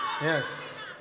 Yes